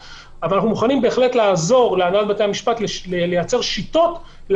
צריך לזכור גם תמיד בדיונים האלה שיש שני צדדים.